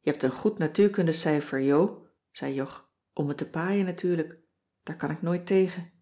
je hebt een goed natuurkundecijfer jo zei jog om me te paaien natuurlijk daar kan ik nooit tegen